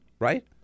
right